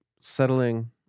settling